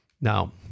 Now